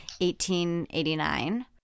1889